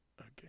Okay